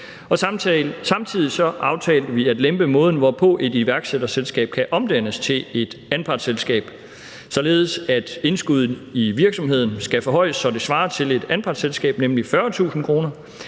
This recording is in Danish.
samtidig aftalte vi at lempe måden, hvorpå et iværksætterselskab kan omdannes til et anpartsselskab, således at indskuddet i virksomheden skal forhøjes, så det svarer til et anpartsselskab, nemlig 40.000 kr.